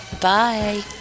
Bye